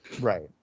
Right